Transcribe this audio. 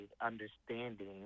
understanding